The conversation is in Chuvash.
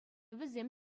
вӗсем